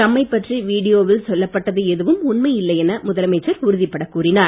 தம்மைப் பற்றி வீடியோவில் சொல்லப்பட்டது எதுவும் உண்மையில்லை என முதலமைச்சர் உறுதிப்பட கூறினார்